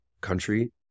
country